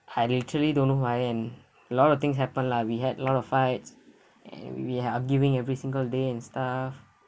I literally don't know why and lot of things happen lah we had lot of fights and we arguing every single day and stuff